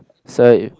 so